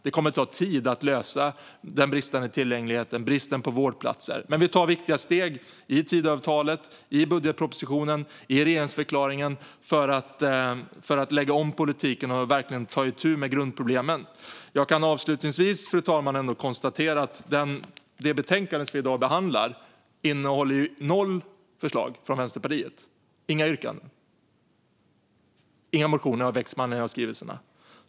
Det kommer att ta tid att lösa den bristande tillgängligheten och bristen på vårdplatser. Men vi tar viktiga steg i Tidöavtalet, i budgetpropositionen och i regeringsförklaringen för att lägga om politiken och verkligen ta itu med grundproblemen. Fru talman! Jag kan avslutningsvis konstatera att det betänkande vi i dag behandlar innehåller noll förslag från Vänsterpartiet. Det finns inga yrkanden, och inga motioner har väckts med anledning av skrivelserna.